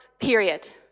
period